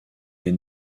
les